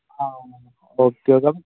ആ ഓക്കെ അപ്പം